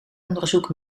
onderzoek